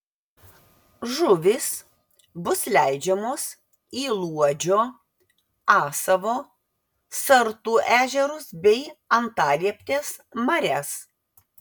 žuvys bus leidžiamos į luodžio asavo sartų ežerus bei antalieptės marias